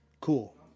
Cool